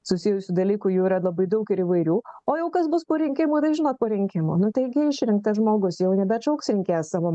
susijusių dalykų jų yra labai daug ir įvairių o jau kas bus po rinkimų tai žinot po rinkimų nu taigi išrinktas žmogus jau nebeatšauks rinkėjas savo